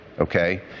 okay